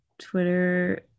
Twitter